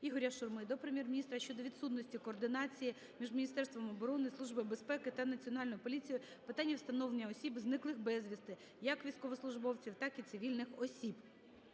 ІгоряШурми до Прем'єр-міністра України щодо відсутності координації між Міністерством оборони, Службою безпеки та Національною поліцією в питанні встановлення осіб, зниклих безвісти (як військовослужбовців, так і цивільних осіб).